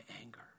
anger